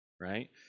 right